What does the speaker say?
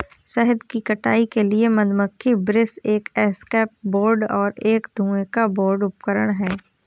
शहद की कटाई के लिए मधुमक्खी ब्रश एक एस्केप बोर्ड और एक धुएं का बोर्ड उपकरण हैं